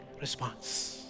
response